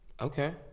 Okay